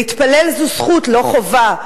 להתפלל זו זכות, לא חובה.